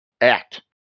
act